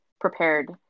prepared